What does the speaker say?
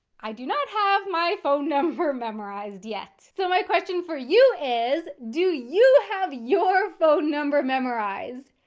i do not have my phone number memorized yet. so my question for you is do you have your phone number memorized?